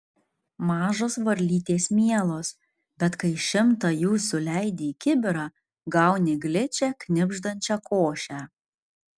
mažos varlytės mielos bet kai šimtą jų suleidi į kibirą gauni gličią knibždančią košę